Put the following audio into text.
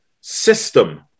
system